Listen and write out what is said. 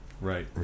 Right